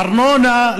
ארנונה,